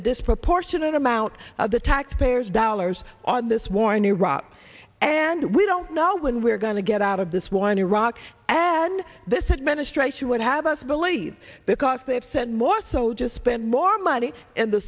a disproportionate amount the taxpayers dollars on this war in iraq and we don't know when we're going to get out of this war in iraq and this administration would have us believe because they have said more so just spend more money and the